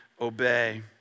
obey